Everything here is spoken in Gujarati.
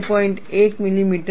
1 મિલીમીટર